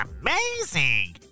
amazing